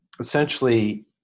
Essentially